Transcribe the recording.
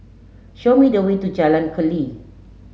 show me the way to Jalan Keli